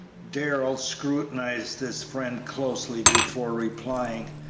darrell scrutinized his friend closely before replying,